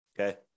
okay